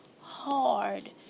hard